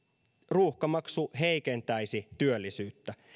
ruuhkamaksu heikentäisi työllisyyttä